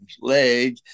leg